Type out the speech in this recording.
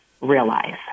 realize